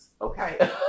Okay